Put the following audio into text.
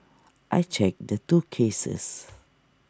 I checked the two cases